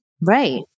Right